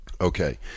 Okay